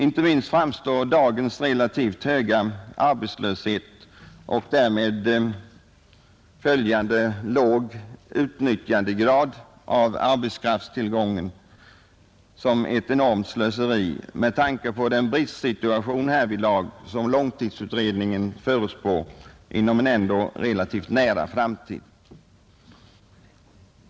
Inte minst framstår dagens relativt höga arbetslöshet och därmed följande låg utnyttjandegrad av arbetskraftstillgången som ett enormt slöseri med tanke på den bristsituation som långtidsutredningen förutspår inom en ändå relativt nära framtid.